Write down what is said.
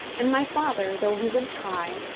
and my father, though he would try,